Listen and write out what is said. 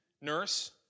nurse